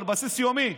על בסיס יומי,